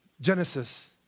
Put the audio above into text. Genesis